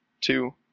two